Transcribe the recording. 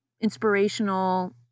inspirational